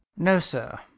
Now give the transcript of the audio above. no, sir.